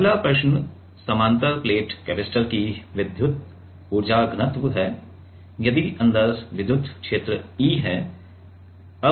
अगला प्रश्न समानांतर प्लेट कैपेसिटर की विद्युत ऊर्जा घनत्व है यदि अंदर विद्युत क्षेत्र E है